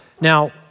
Now